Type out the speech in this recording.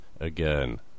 Again